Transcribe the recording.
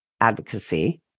advocacy